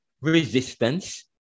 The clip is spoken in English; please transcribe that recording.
resistance